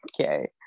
Okay